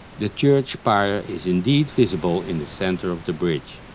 the church spire is indeed visible in the center of the bridge,